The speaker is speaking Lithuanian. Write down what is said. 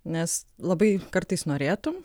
nes labai kartais norėtum